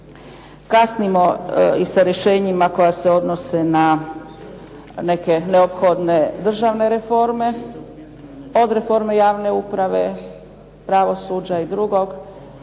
Kasnimo i sa rješenjima koja se odnose na neke neophodne državne reforme, od reforme javne uprave, pravosuđa i drugog.